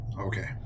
Okay